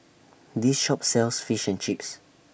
This Shop sells Fish and Chips